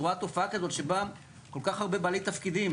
רואה תופעה כזאת שבה כל כך הרבה בעלי תפקידים,